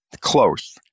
Close